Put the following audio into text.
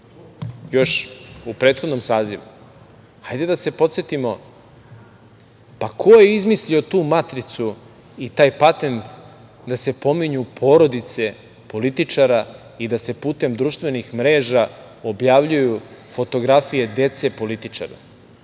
još u prethodnom sazivu, hajde da se podsetimo ko je izmislio tu matricu i taj patent da se pominju porodice političara i da se putem društvenih mreža objavljuju fotografije dece političara.